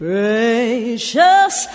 Precious